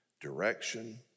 direction